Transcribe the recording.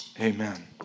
Amen